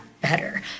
better